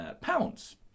pounds